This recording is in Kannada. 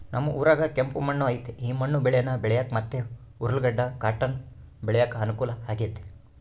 ನಮ್ ಊರಾಗ ಕೆಂಪು ಮಣ್ಣು ಐತೆ ಈ ಮಣ್ಣು ಬೇಳೇನ ಬೆಳ್ಯಾಕ ಮತ್ತೆ ಉರ್ಲುಗಡ್ಡ ಕಾಟನ್ ಬೆಳ್ಯಾಕ ಅನುಕೂಲ ಆಗೆತೆ